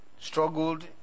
Struggled